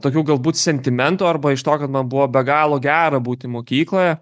tokių galbūt sentimentų arba iš to kad man buvo be galo gera būti mokykloje